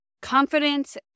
confidence